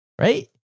right